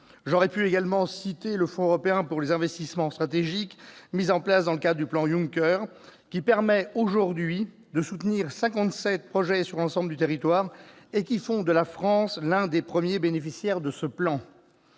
J'aurais pu également citer le Fonds européen pour les investissements stratégiques mis en place dans le cadre du plan Juncker, qui permet aujourd'hui de soutenir 57 projets sur l'ensemble du territoire, et dont la France est l'un des premiers bénéficiaires.